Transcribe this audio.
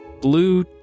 blue